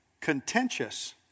contentious